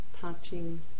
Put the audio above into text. touching